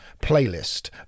playlist